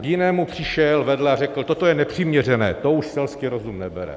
A k jinému přišel vedle a řekl, toto je nepřiměřené, to už selský rozum nebere.